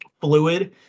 fluid